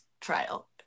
trial